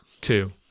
Two